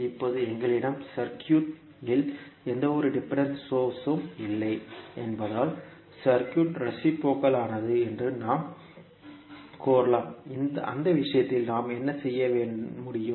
இப்போது எங்களிடம் சர்க்யூட் இல் எந்தவொரு டிபெண்டன்ட் சோர்ஸ் உம் இல்லை என்பதால் சர்க்யூட் ரேசிப்ரோகல் ஆனது என்று நாம் கூறலாம் அந்த விஷயத்தில் நாம் என்ன செய்ய முடியும்